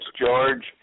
George